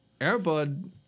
Airbud